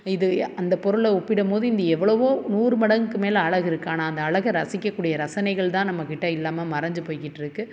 இது அந்த பொருளை ஒப்பிடும்மோது இந்து எவ்வளோவோ நூறு மடங்கு மேலே அழகு இருக்குது ஆனால் அந்த அழகை ரசிக்கக்கூடிய ரசனைகள் தான் நம்மக்கிட்ட இல்லாமல் மறஞ்கு போய்கிட்ருக்கு